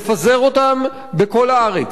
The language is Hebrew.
לחלק את הנטל באופן שווה.